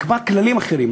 יקבע כללים אחרים.